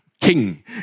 King